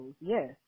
yes